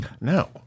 No